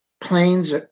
planes